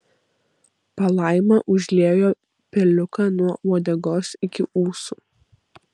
palaima užliejo peliuką nuo uodegos iki ūsų